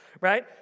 right